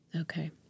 Okay